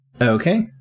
Okay